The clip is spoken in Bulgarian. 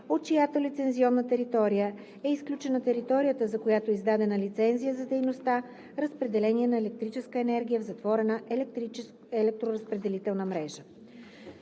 от чиято лицензионна територия е изключена територията, за която е издадена лицензия за дейността „разпределение на електрическа енергия в затворена електроразпределителна мрежа“.